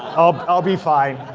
i'll i'll be fine.